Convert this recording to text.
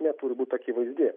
neturi būt akivaizdi